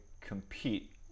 compete